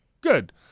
Good